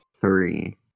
three